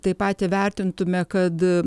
taip pat įvertintume kad